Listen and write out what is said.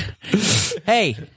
Hey